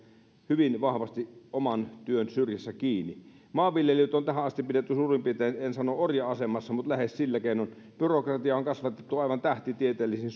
hyvin vahvasti oman työn syrjässä kiinni maanviljelijöitä on tähän asti pidetty suurin piirtein en sano orja asemassa mutta lähes niillä keinoin byrokratiaa on kasvatettu aivan tähtitieteellisiin